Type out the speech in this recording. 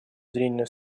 зрения